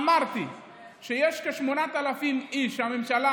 אמרתי שיש כ-8,000 איש שהממשלה,